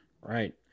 Right